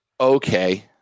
Okay